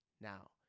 now